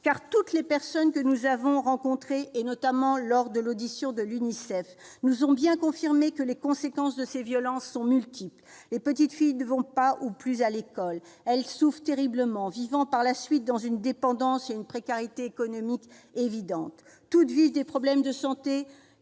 Car toutes les personnes que nous avons rencontrées, notamment lors de l'audition de l'Unicef, nous ont bien confirmé que les conséquences de ces violences sont multiples : les petites filles ne vont pas ou plus à l'école, elles souffrent terriblement et vivent par la suite dans une dépendance et une précarité économique évidentes, toutes connaissent des problèmes de santé